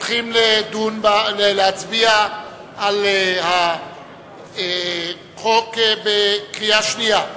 הולכים להצביע על החוק בקריאה שנייה.